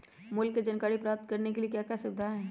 मूल्य के जानकारी प्राप्त करने के लिए क्या क्या सुविधाएं है?